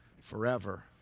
Forever